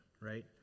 right